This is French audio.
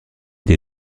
dès